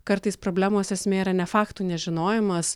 kartais problemos esmė yra ne faktų nežinojimas